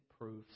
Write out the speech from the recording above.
proofs